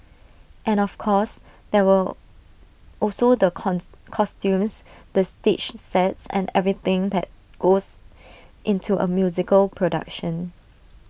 and of course there were also the costumes the stage sets and everything that goes into A musical production